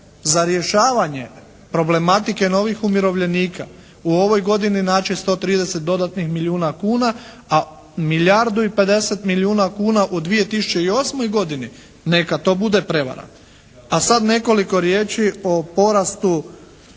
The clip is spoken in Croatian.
za rješavanje problematike novih umirovljenika u ovoj godini naći 130 dodatnih milijuna kuna, a milijardu i 50 milijuna kuna u 2008. godini neka i to bude prevara. A sad nekoliko riječi o porastu